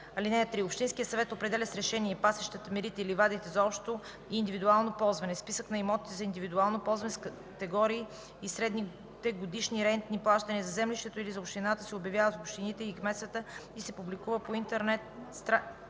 „(3) Общинският съвет определя с решение пасищата, мерите и ливадите за общо и индивидуално ползване. Списък на имотите за индивидуално ползване с категории и средните годишни рентни плащания за землището или за общината се обявява в общините и кметствата и се публикува на интернет страницата